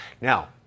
Now